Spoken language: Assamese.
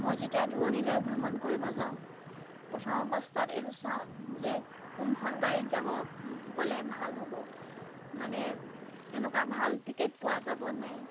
মই যেতিয়া দূৰণিলৈ ভ্ৰমণ কৰিব যাওঁ প্ৰথম অৱস্থাত এইটো চাওঁ যে কোনখন গাড়ীত যাব গ'লে ভাল হ'ব মানে তেনেকুৱা ভাল টিকেট পোৱা যাব নাই